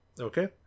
Okay